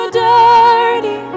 dirty